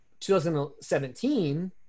2017